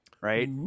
right